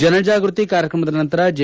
ಜನಜಾಗೃತಿ ಕಾರ್ಯಕ್ರಮದ ನಂತರ ಜೆ